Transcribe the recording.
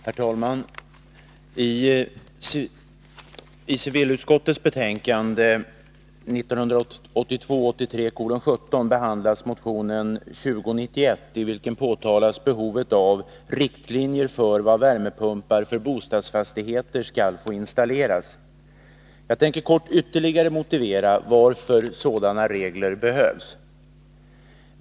Herr talman! I civilutskottets betänkande 1982/83:17 behandlas motionen 2091, i vilken påpekas behovet av riktlinjer för var värmepumpar för bostadsfastigheter skall få installeras. Jag tänker ytterligare kort motivera åtgärder inom varför sådana regler behövs.